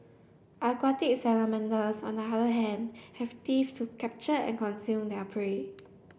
aquatic salamanders on the other hand have teeth to capture and consume their prey